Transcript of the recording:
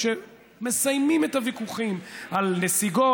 כשמסיימים את הוויכוחים על נסיגות,